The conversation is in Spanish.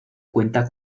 cuenta